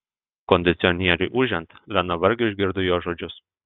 kondicionieriui ūžiant lena vargiai išgirdo jo žodžius